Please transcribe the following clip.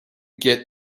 get